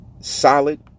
solid